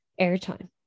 airtime